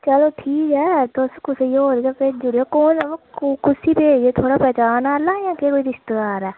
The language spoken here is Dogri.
चलो ठीक ऐ तुस कुसै होर गी गै भेजी ओड़ेओ कुसी भेजगे थोह्ड़ा कोई पंछान आह्ला जां थुआढ़ा कोई रिश्तेदार ऐ